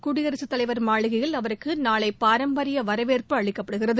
குடியரசு தலைவர் மாளிகையில் அவருக்கு நாளை பாரம்பரிய வரவேற்பு அளிக்கப்படுகிறது